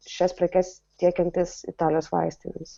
šias prekes tiekiantys italijos vaistinėms